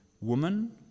woman